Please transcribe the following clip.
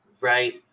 right